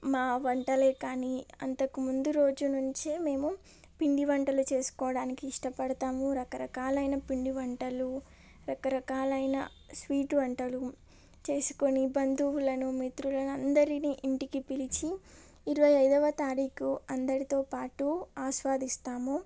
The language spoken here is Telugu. మా వంటలే కానీ అంతకు ముందు రోజు నుంచే మేము పిండివంటలు చేసుకోవడానికి ఇష్టపడతాము రకరకాలైన పిండివంటలు రకరకాలైన స్వీట్ వంటలు చేసుకొని బంధువులను మిత్రులు అందరినీ ఇంటికి పిలిచి ఇరవై ఐదవ తారీఖు అందరితో పాటు ఆస్వాదిస్తాము